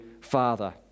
father